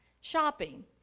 Shopping